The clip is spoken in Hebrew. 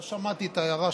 לא שמעתי את ההערה שלך.